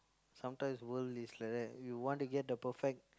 sometimes world is like that you want to get the perfect